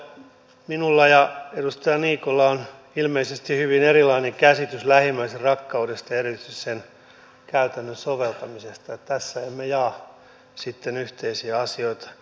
minulla ja edustaja niikolla on ilmeisesti hyvin erilainen käsitys lähimmäisenrakkaudesta ja erityisesti sen käytännön soveltamisesta ja tässä emme jaa sitten yhteisiä asioita